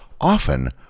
often